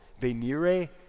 Venire